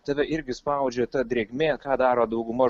tave irgi spaudžia ta drėgmė ką daro dauguma